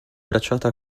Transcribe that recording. bracciata